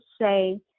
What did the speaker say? say